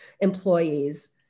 employees